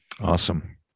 Awesome